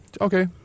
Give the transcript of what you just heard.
Okay